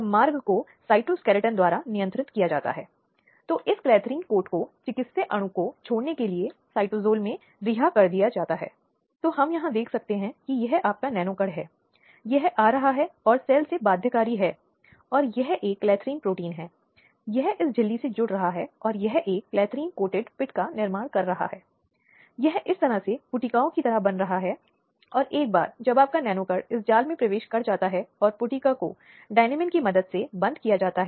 संदर्भ समय को देखें 1156 हालाँकि यह केवल कुछ शर्तों के तहत है कि कानूनी सेवाओं से संपर्क किया जा सकता है इसके अलावा अन्य सभी स्थितियों में आम तौर पर एक आपराधिक मामले में तब यहाँ प्रदेश सरकार होगी जो पीड़ित की ओर से मामले को उठाता है